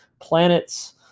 planets